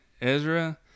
Ezra